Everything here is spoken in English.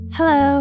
Hello